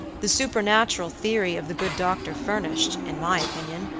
the supernatural theory of the good doctor furnished, in my opinion,